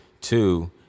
Two